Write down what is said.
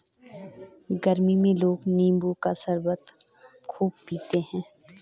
गरमी में लोग नींबू का शरबत खूब पीते है